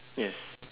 yes